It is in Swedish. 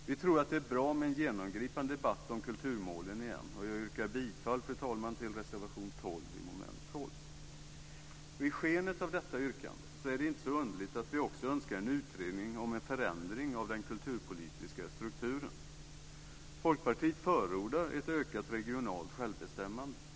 Vi tror att det är bra med en genomgripande debatt om kulturmålen igen. Jag yrkar bifall till reservation nr 12 under mom. 12. I skenet av detta yrkande är det inte så underligt att vi också önskar en utredning om en förändring av den kulturpolitiska strukturen. Folkpartiet förordar ett ökat regionalt självbestämmande.